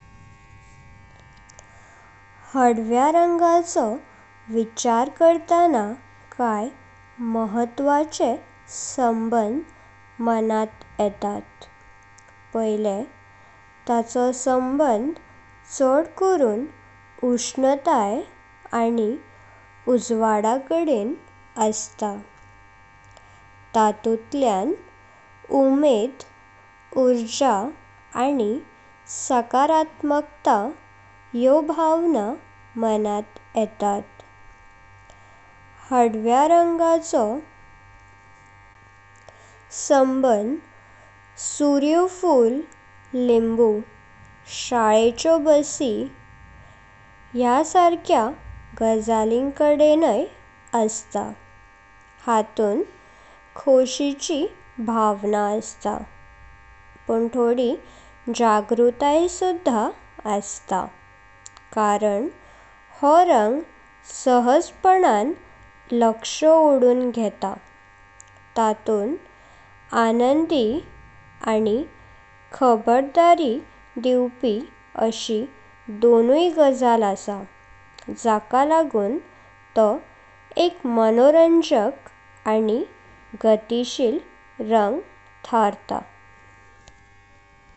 हद्व्या रंगाचो विचार करताना काई महत्वाचे संबंध मनात येता। पहिले तांचो संबंध छड करून उष्णताई आणि उज्वाडाकडेनं असता। तातूथल्यान् उमेद, ऊर्जा आणि सकारात्मकता ह्यो भावना मनात येतात। हद्व्या रंगाचो संबंध सूर्यफूल, लिंबू, शाळेचो बूस'ई ह्या सारक्या गज़लिकडेनंय असता हातून खुशीची भावना असता। पण थोडी जागरुकताई सुद्धा असता कारण हो रंग सहजपणाने लक्ष ओडून घेतात तातून्दा आनंदी। आणि खबरदारी दिवपी अशी दोन्हुई गज़ल असं जाका लागून तो एक मनोरंजक आणि गतिशील रंग ठारता।